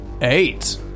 Eight